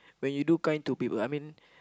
when you too kind to people I mean